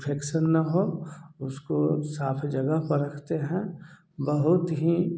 infection न हो उसको साफ़ जगह पर रखते हैं बहुत ही